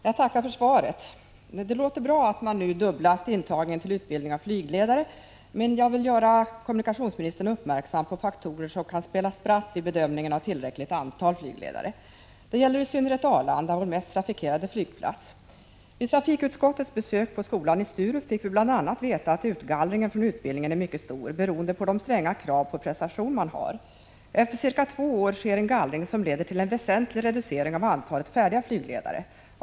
Herr talman! Jag tackar för svaret. Det låter bra att man nu fördubblat intagningen till utbildning av flygledare. Men jag vill göra kommunikationsministern uppmärksam på faktorer som kan spela spratt vid bedömning av tillräckligt antal flygledare. Det gäller i synnerhet Arlanda, vår mest trafikerade flygplats. Vid trafikutskottets besök på skolan i Sturup fick vi bl.a. veta att utgallringen från utbildningen är mycket stor, beroende på de stränga krav på prestation man har. Efter ca två års utbildning sker en gallring som leder till en väsentlig reducering av antalet färdiga flygledare.